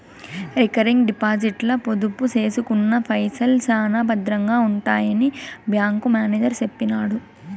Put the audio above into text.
recurring డిపాజిట్ల పొదుపు సేసుకున్న పైసల్ శానా బద్రంగా ఉంటాయని బ్యాంకు మేనేజరు సెప్పినాడు